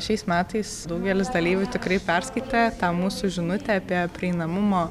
šiais metais daugelis dalyvių tikrai perskaitė tą mūsų žinutę apie prieinamumo